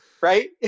right